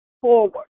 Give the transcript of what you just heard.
forward